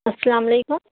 السلام علیکم